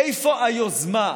איפה היוזמה?